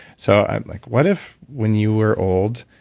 so i'm like what if when you were old,